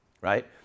right